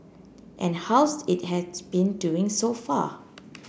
and how's it has been doing so far